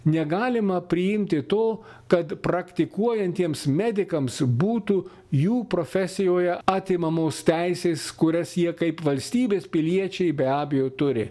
negalima priimti to kad praktikuojantiems medikams būtų jų profesijoje atimamos teisės kurias jie kaip valstybės piliečiai be abejo turi